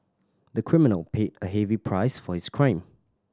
the criminal paid a heavy price for his crime